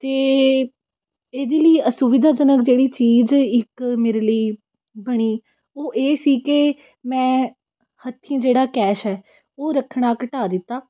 ਅਤੇ ਇਹਦੇ ਲਈ ਅਸੁਵਿਧਾਜਨਕ ਜਿਹੜੀ ਚੀਜ਼ ਇੱਕ ਮੇਰੇ ਲਈ ਬਣੀ ਉਹ ਇਹ ਸੀ ਕਿ ਮੈਂ ਹੱਥੀਂ ਜਿਹੜਾ ਕੈਸ਼ ਹੈ ਉਹ ਰੱਖਣਾ ਘਟਾ ਦਿੱਤਾ